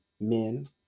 men